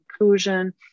inclusion